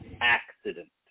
accident